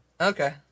Okay